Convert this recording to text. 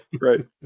right